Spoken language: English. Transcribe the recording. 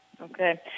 Okay